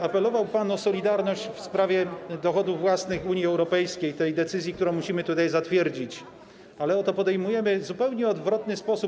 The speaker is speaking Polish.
Apelował pan o solidarność w sprawie dochodów własnych Unii Europejskiej, tej decyzji, którą musimy tutaj zatwierdzić, ale oto podejmujemy tę decyzję w zupełnie przeciwny sposób.